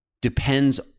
depends